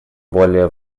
более